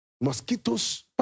mosquitoes